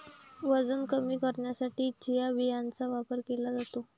वजन कमी करण्यासाठी चिया बियांचा वापर केला जातो